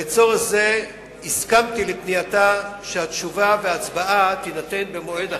לצורך זה הסכמתי שהתשובה וההצבעה יהיו במועד אחר,